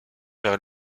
vers